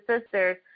sisters